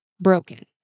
broken